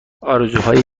آرزوهای